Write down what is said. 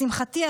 לשמחתי,